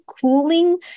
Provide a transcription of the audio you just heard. cooling